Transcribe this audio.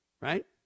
Right